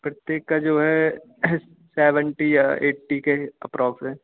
प्रत्येक का जो है सेवेंटी या ऐट्टी के अप्रोक्स है